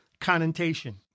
connotation